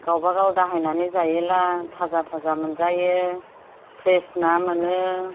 गावबा गाव दाहायनानै जायोब्ला थाजा थाजा मोनजायो फ्रेश ना मोनो